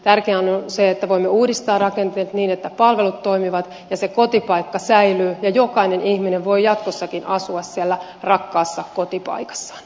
tärkeämpää on se että voimme uudistaa rakenteet niin että palvelut toimivat ja se kotipaikka säilyy ja jokainen ihminen voi jatkossakin asua siellä rakkaassa kotipaikassaan